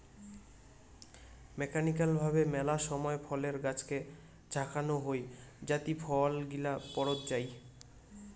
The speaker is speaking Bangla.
মেকানিক্যাল ভাবে মেলা সময় ফলের গাছকে ঝাঁকানো হই যাতি ফল গিলা পড়ত যাই